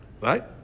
right